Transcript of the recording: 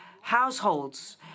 households